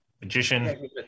magician